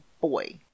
boy